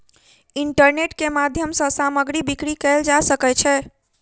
internet के माध्यम सॅ सामग्री बिक्री कयल जा सकै छै